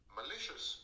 malicious